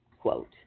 quote